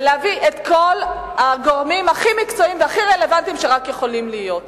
ולהביא את כל הגורמים הכי מקצועיים והכי רלוונטיים שרק יכולים להיות.